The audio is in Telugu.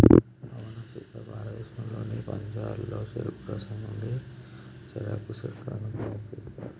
అవునా సీత భారతదేశంలోని పంజాబ్లో చెరుకు రసం నుండి సెరకు సిర్కాను తయారు సేస్తారు